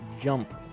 jump